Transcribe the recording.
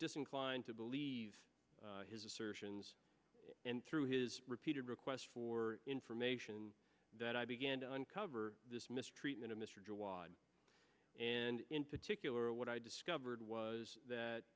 disinclined to believe his assertions and through his repeated requests for information that i began to on cover this mistreatment of mr de wine and in particular what i discovered was that